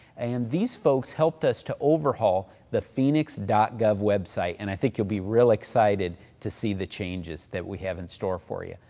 and these folks helped us to overhaul the phoenix gov web site, and i think you'll be real excited to see the changes that we have in store for you.